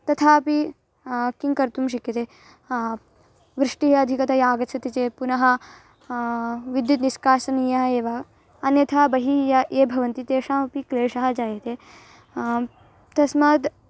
तथापि किं कर्तुं शक्यते वृष्टिः अधिकतया आगच्छति चेत् पुनः विद्युत् निष्कासनीया एव अन्यथा बहिः य ये भवन्ति तेषामपि क्लेशः जायते तस्माद्